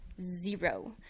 zero